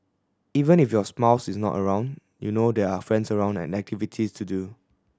even if your spouse is not around you know there are friends around and activities to do